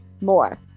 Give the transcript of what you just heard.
more